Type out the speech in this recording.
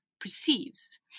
perceives